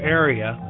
area